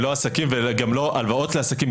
לא עסקים וגם לא הלוואות לעסקים.